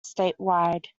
statewide